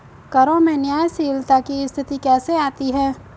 करों में न्यायशीलता की स्थिति कैसे आती है?